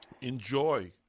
enjoy